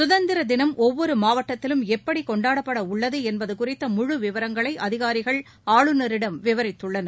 கதந்திர தினம் ஒவ்வொரு மாவட்டத்திலும் எப்படி கொண்டாடப்பட உள்ளது என்பது குறித்த முழு விபரங்களை அதிகாரிகள் ஆளுநரிடம் விவரித்துள்ளனர்